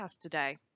today